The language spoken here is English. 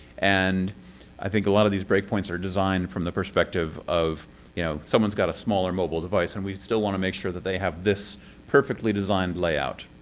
and i think a lot of these breakpoints are designed from the perspective of you know someone's got a smaller mobile device and we still want to make sure that they have this perfectly designed layout.